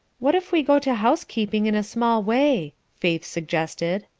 what if we go to housekeeping in a small way? faith suggested.